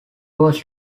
was